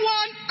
one